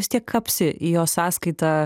vis tiek kapsi į jo sąskaitą